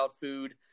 food